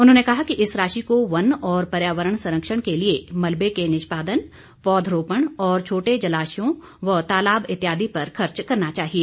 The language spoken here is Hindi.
उन्होंने कहा कि इस राशि को वन और पर्यावरण संरक्षण के लिए मलबे के निष्पादन पौधरोपण और छोटे जलाशयों व तालाब इत्यादि पर खर्च करना चाहिए